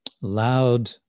loud